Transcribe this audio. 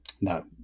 No